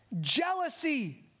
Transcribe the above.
jealousy